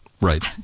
Right